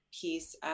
piece